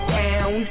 down